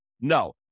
No